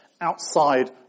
outside